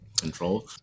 control